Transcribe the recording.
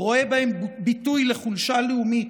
רואה בהם ביטוי לחולשה לאומית,